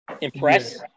impress